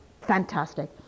fantastic